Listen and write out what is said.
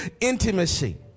intimacy